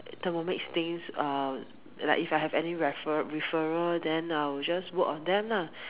Thermomix things uh like if I have any refer~ referral then I will just work on them lah